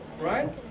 right